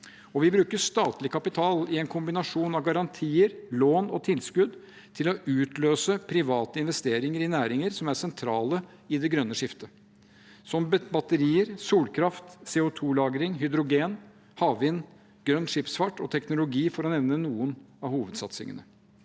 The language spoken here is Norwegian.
Vi bruker også statlig kapital i en kombinasjon av garantier, lån og tilskudd til å utløse private investeringer i næringer som er sentrale i det grønne skiftet, som batterier, solkraft, CO2-lagring, hydrogen, havvind, grønn skipsfart og teknologi, for å nevne noen av hovedsatsingene.